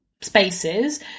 spaces